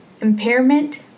impairment